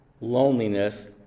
loneliness